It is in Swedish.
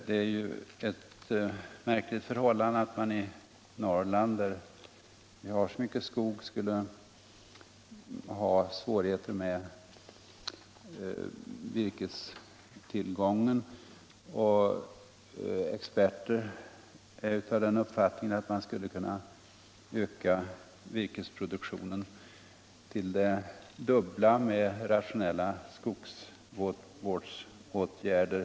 Det är i och för sig ett märkligt förhållande att man i Norrland, där det finns så mycket skog, skulle ha svårigheter med virkestillgången. Experter är också av den uppfattningen att virkesproduktionen skulle kunna ökas till det dubbla med rationella skogsvårdsåtgärder.